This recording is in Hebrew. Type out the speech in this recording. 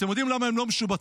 אתם יודעים למה הם לא משובצים?